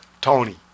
Tony